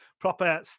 proper